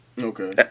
Okay